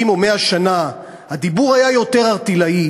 70 או 100 שנה הדיבור היה יותר ערטילאי,